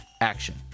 action